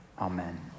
Amen